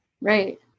Right